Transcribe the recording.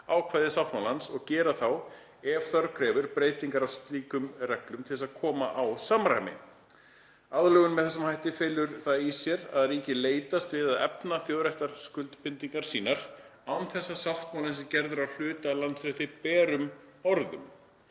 ákvæði sáttmálans og gera þá, ef þörf krefur, breytingar á slíkum reglum til þess að koma á samræmi. Aðlögun með þessum hætti felur það í sér að ríkið leitast við að efna þjóðréttarskuldbindingar sínar án þess að sáttmálinn sé gerður að hluta af landsrétti berum orðum,